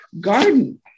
garden